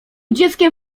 dzieckiem